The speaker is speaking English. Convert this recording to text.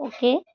okay